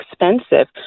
expensive